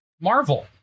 Marvel